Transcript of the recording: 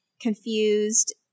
confused